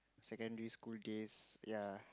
secondary school days ya